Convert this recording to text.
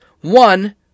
One